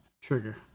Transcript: trigger